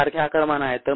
ते सारखे आकारमान आहेत